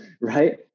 Right